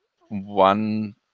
one